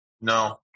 No